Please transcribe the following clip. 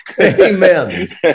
Amen